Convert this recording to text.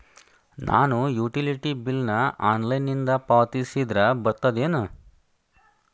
ನಾನು utility bill ನ ಆನ್ಲೈನಿಂದ ಪಾವತಿಸಿದ್ರ ಬರ್ತದೇನು?